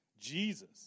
Jesus